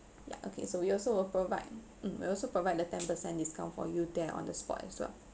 yeah okay so we also will provide mm we also provide the ten percent discount for you there on the spot as well